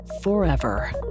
forever